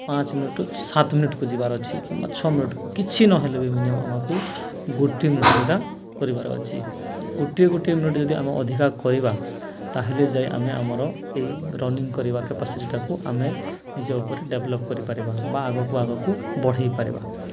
ପାଞ୍ଚ ମିନିଟରୁ ସାତ ମିନିଟ୍କୁ ଯିବାର ଅଛି କିମ୍ବା ଛ ମିନିଟ୍କୁ କିଛି ନହଲେ ବି ମିନିମମ୍ ଆମକୁ ଗୋଟିଏ ମିନିଟ ଅଧିକା କରିବାର ଅଛି ଗୋଟିଏ ଗୋଟିଏ ମିନିଟ୍ ଯଦି ଆମେ ଅଧିକା କରିବା ତାହେଲେ ଯାଇ ଆମେ ଆମର ଏଇ ରନିଙ୍ଗ କରିବା କାପାସିଟିଟାକୁ ଆମେ ନିଜ ଉପରେ ଡେଭେଲପ୍ କରିପାରିବା ବା ଆଗକୁ ଆଗକୁ ବଢ଼େଇ ପାରିବା